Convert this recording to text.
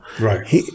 Right